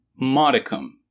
modicum